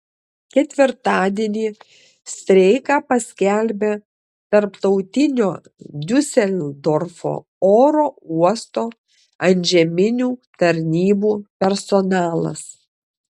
ketvirtadienį streiką paskelbė tarptautinio diuseldorfo oro uosto antžeminių tarnybų personalas